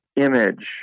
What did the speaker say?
image